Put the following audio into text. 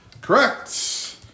Correct